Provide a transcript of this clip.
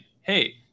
Hey